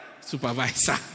supervisor